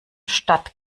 statt